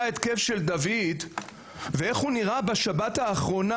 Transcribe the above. התקף של דוד ואיך הוא נראה בשבת האחרונה.